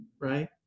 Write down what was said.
right